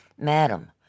madam